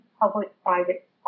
Public-Private